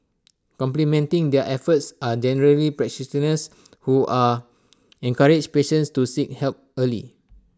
complementing their efforts are generally practitioners who are encourage patients to seek help early